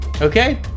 Okay